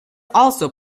also